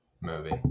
movie